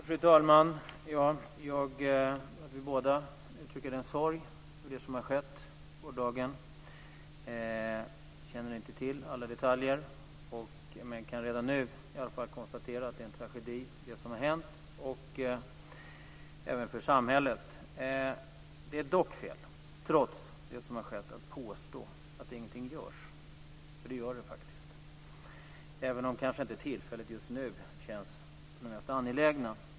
Fru talman! Vi har båda uttryckt en sorg över det som har hänt under gårdagen. Jag känner inte till alla detaljer. Men jag kan redan nu konstatera att det som har hänt är en tragedi även för samhället. Trots det som har skett är det dock fel att påstå att ingenting görs. Det görs faktiskt saker, även om de inte vid det här tillfället känns som de mest angelägna.